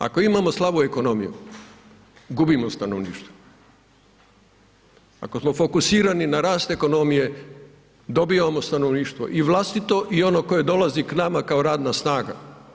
Ako imamo slabu ekonomiju gubimo stanovništvo, ako smo fokusirani na rast ekonomije dobijamo stanovništvo i vlastito i ono koje dolazi k nama kao radna snaga.